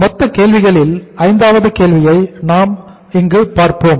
மொத்த கேள்விகளில் 5 வது கேள்வியை நாம் இங்கு பார்ப்போம்